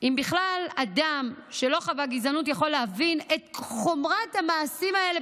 אם אדם שלא חווה גזענות יכול להבין את חומרת המעשים האלה,